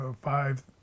five